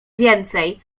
więcej